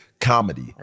comedy